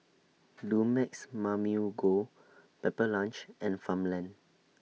Dumex Mamil Gold Pepper Lunch and Farmland